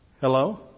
Hello